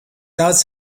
does